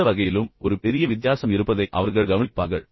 எந்த வகையிலும் ஒரு பெரிய வித்தியாசம் இருப்பதை அவர்கள் கவனிப்பார்கள்